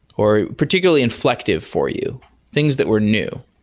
or particularly inflective for you things that were new?